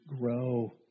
grow